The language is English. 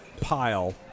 pile